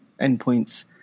endpoints